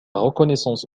reconnaissance